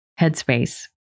Headspace